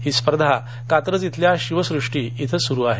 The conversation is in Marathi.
ही स्पर्धा कात्रज इथल्या शिवसूष्टी इथं सुरु आहे